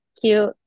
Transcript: cute